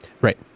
Right